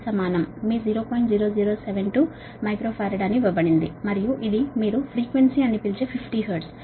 0072 కు సమానం గా మైక్రో ఫారాడ్ ఇవ్వబడింది మరియు ఇది మీరు ఫ్రీక్వెన్సీపౌనఃపున్యం అని పిలిచే 50 హెర్ట్జ్